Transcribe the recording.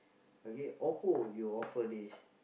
okay Oppo you offer this